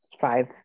five